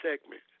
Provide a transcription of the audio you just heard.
segment